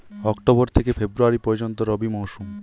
October থেকে February পর্যন্ত রবি মৌসুম